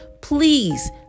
please